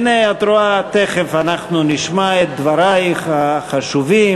הנה, את רואה, תכף אנחנו נשמע את דברייך החשובים.